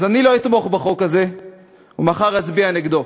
אז אני לא אתמוך בחוק הזה ומחר אצביע נגדו.